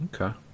Okay